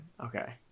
Okay